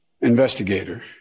investigator